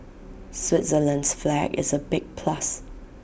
Switzerland's flag is A big plus